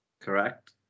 Correct